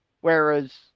whereas